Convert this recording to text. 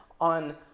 on